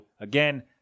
Again